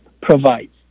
provides